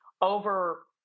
over